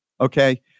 Okay